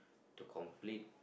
to complete